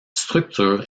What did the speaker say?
structure